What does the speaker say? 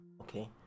okay